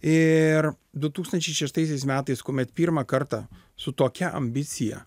ir du tūkstančiai šeštaisiais metais kuomet pirmą kartą su tokia ambicija